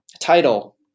title